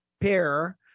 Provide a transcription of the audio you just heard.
pair